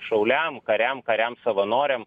šauliam kariam kariam savanoriam